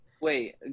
Wait